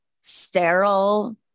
sterile